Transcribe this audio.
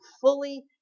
fully